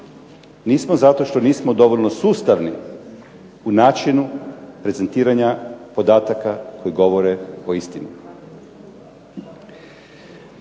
Nismo zato što nismo dovoljno sustavni u načinu prezentiranja podataka koji govore o istini.